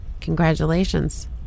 congratulations